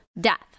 death